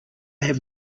have